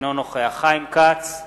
אינו נוכח חיים כץ,